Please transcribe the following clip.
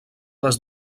des